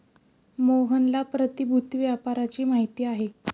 मोहनला प्रतिभूति व्यापाराची माहिती आहे